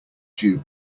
due